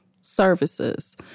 services